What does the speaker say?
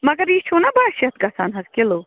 مگر یہِ چھُنا باہ شیٚتھ گَژھان حظ کِلو